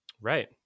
Right